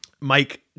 mike